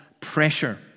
pressure